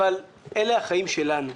אבל אלה החיים שלנו.